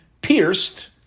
pierced